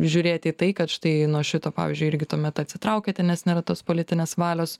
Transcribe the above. žiūrėti į tai kad štai nuo šito pavyzdžiui irgi tuomet atsitraukiate nes nėra tos politinės valios